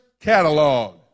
catalog